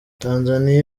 tanzania